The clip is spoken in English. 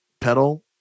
pedal